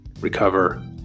recover